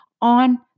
on